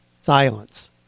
Silence